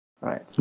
Right